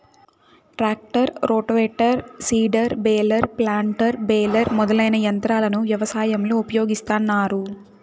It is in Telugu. tractor, rotavator, seeder, baler, planter, baler మొదలైన యంత్రాలను వ్యవసాయంలో ఉపయోగిస్తాన్నారు